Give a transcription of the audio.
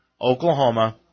Oklahoma